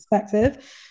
perspective